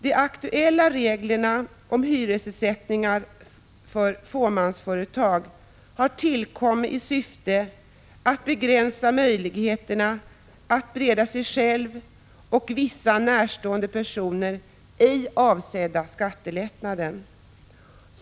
De aktuella reglerna om hyresersättning för fåmansföretag har tillkommit i syfte att begränsa möjligheterna att bereda sig själv och vissa närstående personer ej avsedda skattelättnader.